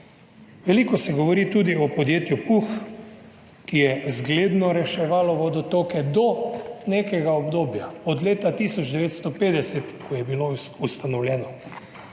Veliko se govori tudi o podjetju PUH, ki je zgledno reševalo vodotoke do nekega obdobja od leta 1950, ko je bilo ustanovljeno.